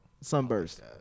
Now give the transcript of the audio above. sunburst